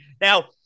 Now